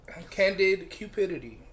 CandidCupidity